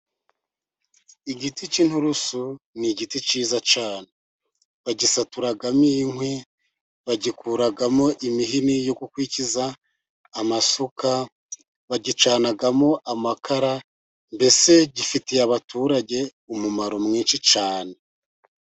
Igiti cy'inturusu ni igiti cyiza cyane bagisaturamo inkwi, bagikuramo imihini yo kukwikiza amasuka, bagicanamo amakara, mbese gifitiye abaturage umumaro mwinshi cyane.